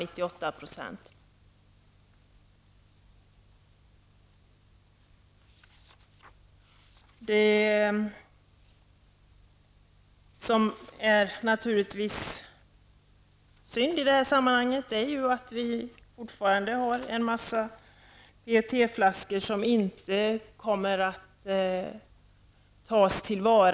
Det gäller framför allt de som inte innehåller konsumtionsdrycker, t.ex. saftflaskor. Det är fråga om 15 miljoner flaskor per år. Regeringen måste återkomma med förslag till ett system som gör att sådana flaskor kan tas tillvara och att de inte blir liggande i naturen. Jag hoppas att vi får se ett sådant förslag vid ett senare tillfälle.